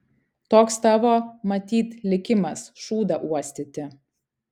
toks tavo matyt likimas šūdą uostyti